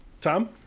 Tom